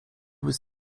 was